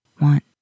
Want